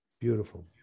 Beautiful